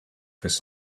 his